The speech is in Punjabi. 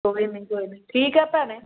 ਕੋਈ ਨਹੀਂ ਕੋਈ ਨਹੀਂ ਠੀਕ ਹੈ ਭੈਣੇ